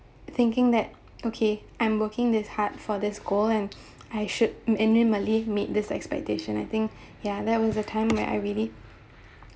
thinking that okay I'm working this hard for this goal and I should minimally made this expectation I think ya there was a time where I really